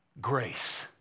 Grace